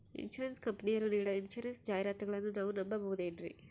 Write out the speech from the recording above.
Insurance ಕಂಪನಿಯರು ನೀಡೋ insurance ಜಾಹಿರಾತುಗಳನ್ನು ನಾವು ನಂಬಹುದೇನ್ರಿ?